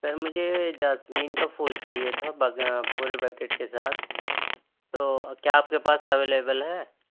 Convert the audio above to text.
سر مجھے جاسمین کا پھول چاہیے تھا پورے بکیٹ کے ساتھ تو کیا آپ کے پاس اویلیبل ہے